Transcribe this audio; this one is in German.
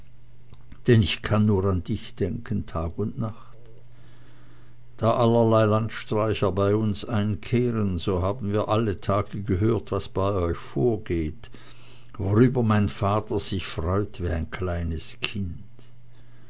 denn ich kann nur an dich denken tag und nacht da allerlei landstreicher bei uns einkehren so haben wir alle tage gehört was bei euch vorgeht worüber mein vater sich freut wie ein kleines kind